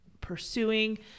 pursuing